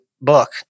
book